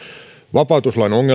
vapautuslain